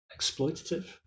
exploitative